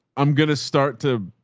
i'm going to start to,